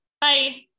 Bye